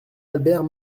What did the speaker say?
albert